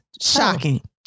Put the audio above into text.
shocking